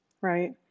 Right